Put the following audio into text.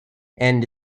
and